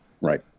Right